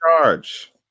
charge